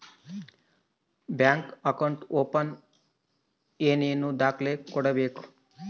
Bank account open ಏನೇನು ದಾಖಲೆ ಕೊಡಬೇಕು?